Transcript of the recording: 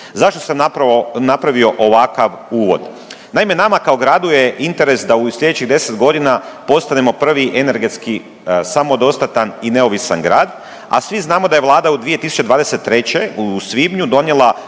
Zašto sam napravio ovakav uvod. Naime, nama kao gradu je interes da u slijedećih 10 godina postanemo prvi energetski samodostatan i neovisan grad, a svi znamo da je Vlada 2023. u svibnju donijela